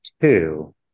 two